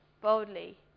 boldly